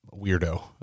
weirdo